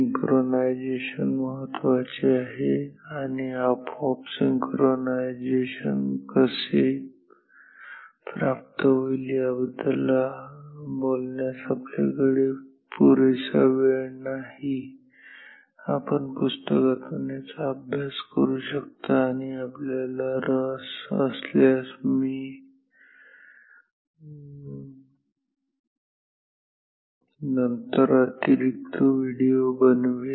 तर सिंक्रोनाइझेशन महत्वाचे आहे आणि आपोआप सिंक्रोनाइझेशन आपोआप कसे प्राप्त होईल याबद्दल बोलण्यास आपल्याकडे वेळ नाही आपण पुस्तकांमधून याचा अभ्यास करू शकता आणि आपल्याला रस असल्यास मी नंतर अतिरिक्त व्हिडिओ बनवेल